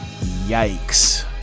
yikes